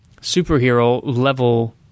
superhero-level